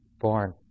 born